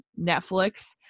netflix